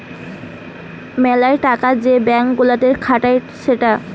মেলা টাকা যে ব্যাঙ্ক গুলাতে খাটায় সেটা